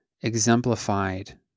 exemplified